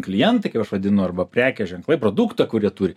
klientai kaip aš vadinu arba prekės ženklai produktą kurie turi